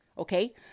Okay